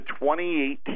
2018